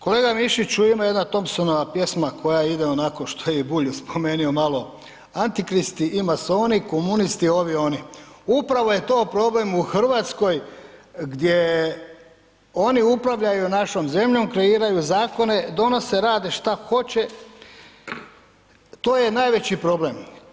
Kolega Mišiću ima jedna Thomsonova pjesma koja ide onako što je i Bulj spomenu malo „antikristi i masoni, komunisti ovi oni“, upravo je to problem u Hrvatskoj gdje oni upravljaju našom zemljom, kreiraju zakone, donose, rade šta hoće, to je najveći problem.